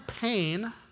pain